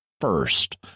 first